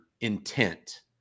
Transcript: intent